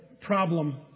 problem